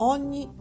Ogni